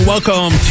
Welcome